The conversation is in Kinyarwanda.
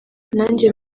nanjye